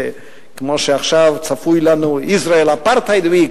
כמו שעכשיו צפוי לנו Israeli Apartheid Week,